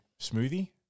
smoothie